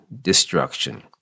destruction